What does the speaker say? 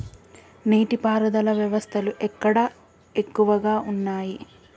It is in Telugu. నీటి పారుదల వ్యవస్థలు ఎక్కడ ఎక్కువగా ఉన్నాయి?